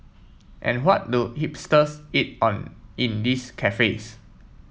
and what do hipsters eat on in these cafes